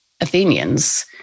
Athenians